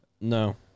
No